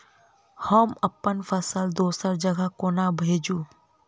हम अप्पन फसल दोसर जगह कोना भेजू?